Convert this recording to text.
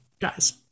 guys